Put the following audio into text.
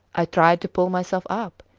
i tried to pull myself up,